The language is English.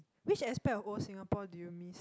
which aspect of old Singapore do you miss